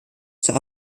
zur